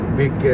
big